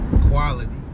Quality